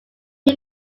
pre